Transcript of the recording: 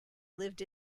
lived